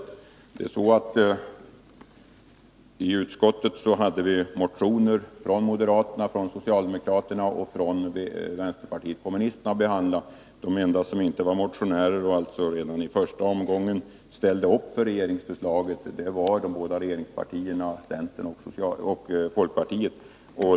I utskottet hade vi i anledning av propositionen motioner från moderaterna, från socialdemokraterna och från vänsterpartiet kommunisterna att behandla. De enda som inte motionerade och som alltså före utskottsbehandlingen ställde upp för regeringsförslaget var de båda regeringspartierna, centern och folkpartiet.